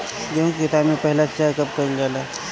गेहू के खेती मे पहला सिंचाई कब कईल जाला?